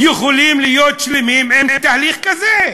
יכולים להיות שלמים עם תהליך כזה?